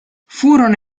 furono